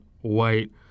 white